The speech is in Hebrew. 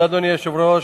אדוני היושב-ראש,